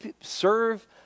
serve